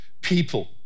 People